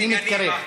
אני מתקרב.